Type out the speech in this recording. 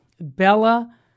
Bella